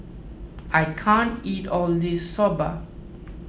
I can't eat all this Soba